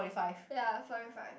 ya forty five